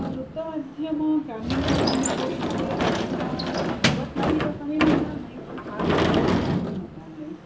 वृत्तमाध्यमं ग्रामीण भागांविषयीचे प्रश्न दाखवत नाहीत असं मी म्हणणार नाही पण फार दाखवतात असंही म्हणणार नाही